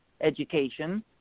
education